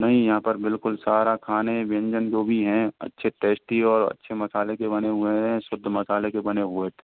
नहीं यहाँ पर बिल्कुल सारा खाने व्यंजन जो भी हैं अच्छे टेस्टी और अच्छे मसाले के बने हुए है शुद्ध मसाले के बने हुए है